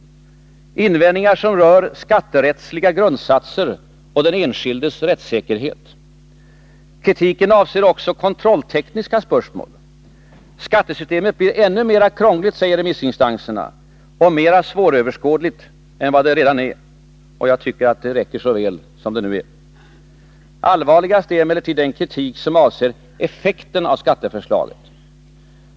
De rör skatterättsliga grundsatser och den enskildes rättssäkerhet. Kritiken avser också kontrolltekniska spörsmål. Skattesystemet blir än mer krångligt, säger remissinstanserna, och mera svåröverskådligt än det redan är. Och det räcker sannerligen. Allvarligast är emellertid den kritik som avser effekten av skatteförslaget.